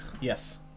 Yes